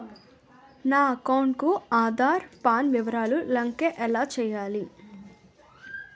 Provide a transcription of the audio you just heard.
నా అకౌంట్ కు ఆధార్, పాన్ వివరాలు లంకె ఎలా చేయాలి?